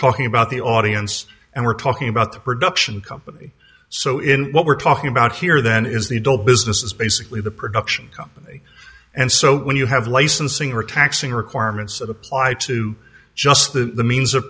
talking about the audience and we're talking about the production company so in what we're talking about here then is the adult business is basically the production company and so when you have licensing or taxing requirements of apply to just the means